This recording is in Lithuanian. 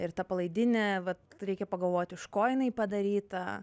ir ta palaidinė vat reikia pagalvot iš ko jinai padaryta